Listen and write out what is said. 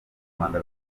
rwanda